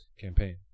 campaign